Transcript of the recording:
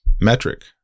metric